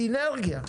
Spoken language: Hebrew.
סינרגיה.